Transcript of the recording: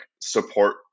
support